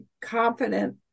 confident